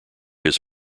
his